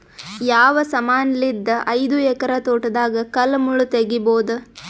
ಯಾವ ಸಮಾನಲಿದ್ದ ಐದು ಎಕರ ತೋಟದಾಗ ಕಲ್ ಮುಳ್ ತಗಿಬೊದ?